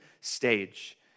stage